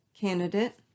candidate